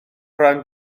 ran